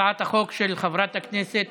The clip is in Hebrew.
הצעת החוק של חברת הכנסת